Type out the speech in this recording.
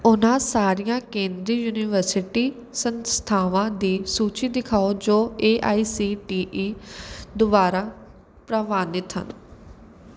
ਉਹਨਾਂ ਸਾਰੀਆਂ ਕੇਂਦਰੀ ਯੂਨੀਵਰਸਿਟੀ ਸੰਸਥਾਵਾਂ ਦੀ ਸੂਚੀ ਦਿਖਾਓ ਜੋ A I C T E ਦੁਆਰਾ ਪ੍ਰਵਾਨਿਤ ਹਨ